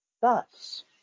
Thus